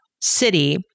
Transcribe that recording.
city